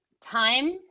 time